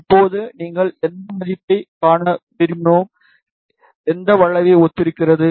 இப்போது நீங்கள் எந்த மதிப்பைக் காண விரும்பினால் எந்த வளைவுக்கு ஒத்திருக்கிறது